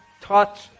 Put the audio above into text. touch